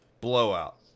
blowout